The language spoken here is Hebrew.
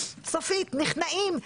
נכנעים,